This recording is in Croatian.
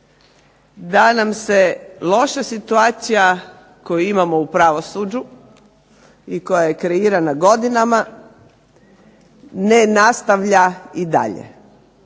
da nam se loša situacija koju imamo u pravosuđu i koja je kreirana godinama ne nastavlja i dalje,